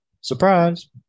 Surprise